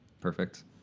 perfect